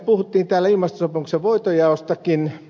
puhuttiin täällä ilmastosopimuksen voitonjaostakin